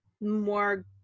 more